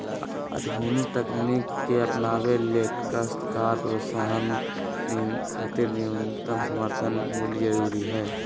आधुनिक तकनीक के अपनावे ले काश्तकार प्रोत्साहन खातिर न्यूनतम समर्थन मूल्य जरूरी हई